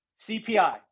CPI